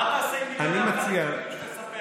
מה תעשה עם מיליוני הפלסטינים שתספח?